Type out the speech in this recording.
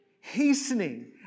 hastening